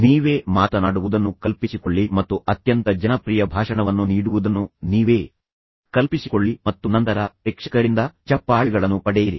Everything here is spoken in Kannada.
ನೀವೇ ಮಾತನಾಡುವುದನ್ನು ಕಲ್ಪಿಸಿಕೊಳ್ಳಿ ಮತ್ತು ಅತ್ಯಂತ ಜನಪ್ರಿಯ ಭಾಷಣವನ್ನು ನೀಡುವುದನ್ನು ನೀವೇ ಕಲ್ಪಿಸಿಕೊಳ್ಳಿ ಮತ್ತು ನಂತರ ಪ್ರೇಕ್ಷಕರಿಂದ ಚಪ್ಪಾಳೆಗಳನ್ನು ಪಡೆಯಿರಿ